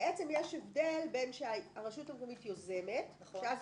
שבעצם יש הבדל בין זה שהרשות המקומית יוזמת כאשר אז